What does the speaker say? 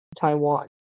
Taiwan